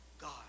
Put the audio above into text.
God